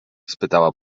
spytała